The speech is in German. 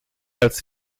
als